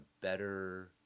better